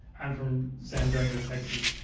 i'm from san antonio, texas.